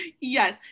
Yes